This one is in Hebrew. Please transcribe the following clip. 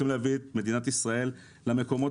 אם אנחנו רוצים להביא את מדינת ישראל למקומות